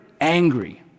angry